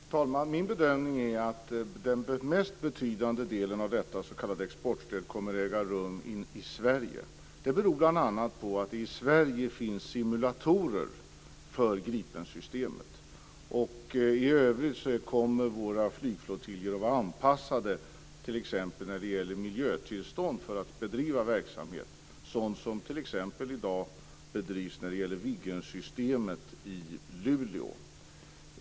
Fru talman! Min bedömning är att den mest betydande delen av detta s.k. exportstöd kommer att äga rum i Sverige. Det beror bl.a. på att i Sverige finns simulatorer för Gripensystemet. I övrigt kommer våra flygflottiljer att vara anpassade t.ex. när det gäller miljötillstånd för att bedriva verksamhet som i dag bedrivs exempelvis med Viggensystemet i Luleå.